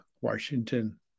Washington